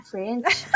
French